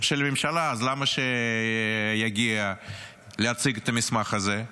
של הממשלה, אז למה שיגיע להציג את המסמך הזה?